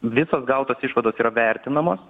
visos gautos išvados yra vertinamos